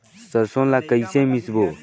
सरसो ला कइसे मिसबो?